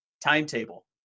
timetable